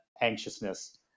anxiousness